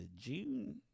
June